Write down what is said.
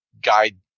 guide